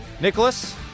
Nicholas